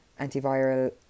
antiviral